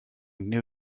knew